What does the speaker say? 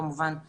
כמובן,